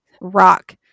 rock